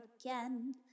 again